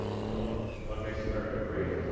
so what makes america great?